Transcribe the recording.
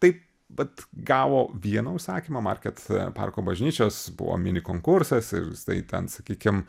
tai vat gavo vieną užsakymą market a parko bažnyčios buvo mini konkursas ir jisai ten sakykim